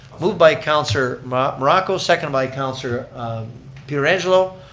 moved by councilor morocco, seconded by councilor pietrangelo.